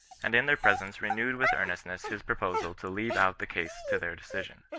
and in their presence renewed with earnestness his proposal to leave out the case to their decision.